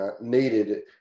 needed